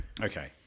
Okay